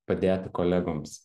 padėti kolegoms